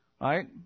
right